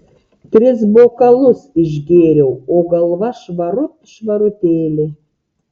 tris bokalus išgėriau o galva švarut švarutėlė